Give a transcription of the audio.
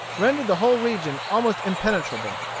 rendered the whole region almost impenetrable.